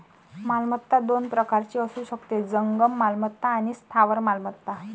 मालमत्ता दोन प्रकारची असू शकते, जंगम मालमत्ता आणि स्थावर मालमत्ता